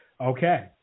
Okay